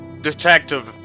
Detective